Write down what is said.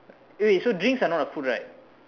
eh wait so drinks are not a food right